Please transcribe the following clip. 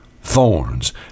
thorns